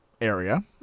Area